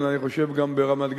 באנטוורפן, אני חושב גם ברמת-גן,